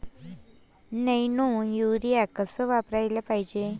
Nano urea कस वापराले पायजे?